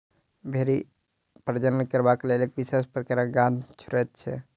भेंड़ी प्रजनन करबाक लेल एक विशेष प्रकारक गंध छोड़ैत छै